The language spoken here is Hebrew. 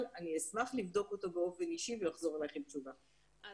- אני אשמח לבדוק אותו באופן אישי ואחזור אליך עם תשובה כי